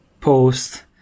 post